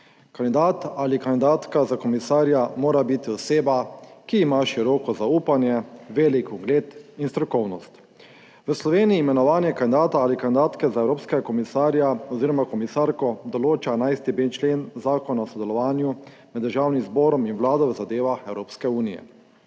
Kandidat ali kandidatka za komisarja mora biti oseba, ki ima široko zaupanje, velik ugled in strokovnost. V Sloveniji imenovanje kandidata ali kandidatke za evropskega komisarja oziroma komisarko določa 11.b člen Zakona o sodelovanju med državnim zborom in vlado v zadevah Evropske unije.